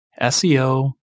SEO